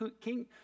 King